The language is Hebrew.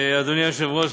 אדוני היושב-ראש,